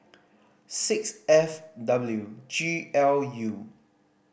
six F W G L U